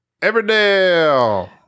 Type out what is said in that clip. Everdale